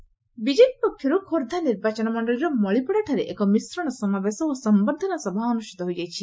ମିଶ୍ଣ ସମାବେଶ ବିଜେପି ପକ୍ଷରୁ ଖୋର୍ବ୍ ା ନିର୍ବାଚନମଣ୍ଡଳୀର ମଳିପଡାଠାରେ ଏକ ମିଶ୍ରଣ ସମାବେଶ ଓ ସମ୍ଭର୍ଦ୍ଧନା ସଭା ଅନୁଷିତ ହୋଇଯାଇଛି